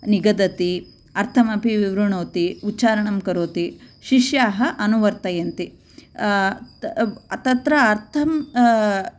निगदति अर्थमपि विवृणोति उच्चारणं करोति शिष्याः अनुवर्तयन्ति तत्र अर्थं